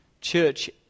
church